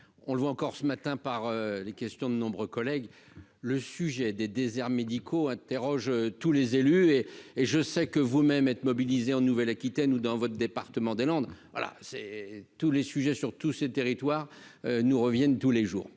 on le voit encore ce matin par les questions de nombreux collègues, le sujet des déserts médicaux interroges tous les élus et et je sais que vous même être mobilisés en Nouvelle, Aquitaine ou dans votre département des Landes, voilà c'est tous les sujets sur tous ses territoires nous reviennent tous les jours,